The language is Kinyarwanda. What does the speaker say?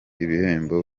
ibihembo